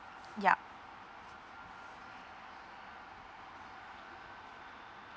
yup